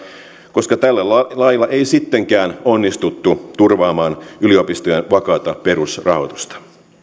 koska tällä lailla ei sittenkään onnistuttu turvaamaan yliopistojen vakaata perusrahoitusta